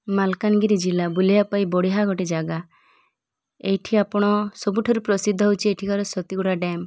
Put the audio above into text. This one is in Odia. ମାଲକାନଗିରି ଜିଲ୍ଲା ବୁଲିବା ପାଇଁ ବଢ଼ିଆ ଗୋଟେ ଜାଗା ଏଠି ଆପଣ ସବୁଠାରୁ ପ୍ରସିଦ୍ଧ ହେଉଛି ଏଠିିକାର ସତିଗୁଡ଼ା ଡ୍ୟାମ୍